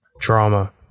drama